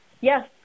Yes